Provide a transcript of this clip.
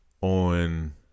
on